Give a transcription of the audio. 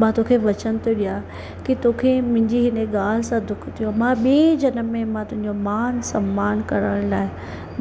मां तोखे वचन थो ॾियां की तोखे मुंहिंजी हिन ॻाल्हि सां दुखु थियो मां ॿिए जनम में मां तुंहिंजो मान सम्मान करण लाइ